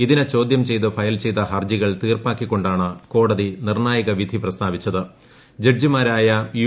ഇതിനെ ചോദൃം ചെയ്ത് ഫയൽ ചെയ്ത ഹർജികൾ ത്രീർപ്പാക്കിക്കൊണ്ടാണ് കോടതി നിർണ്ണായക വിധി പ്രസ്താവിച്ചത്പു ജ്ഡ്ജിമാരായ യു